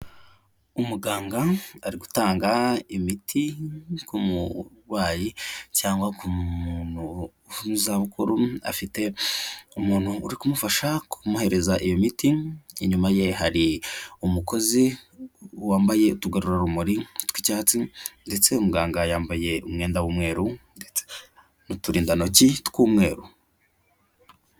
Umuganga ari gutanga imiti ku mundwayi cyangwa ku muntu wo mu zabukuru. Afite umuntu uri kumufasha kumuhereza iyo miti; inyuma ye hari umukozi wambaye utugarurarumuri tw'icyatsi. Ndetse muganga yambaye umwenda w'umweruru n'uturindantoki tw'umweru.